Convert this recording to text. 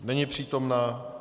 Není přítomna.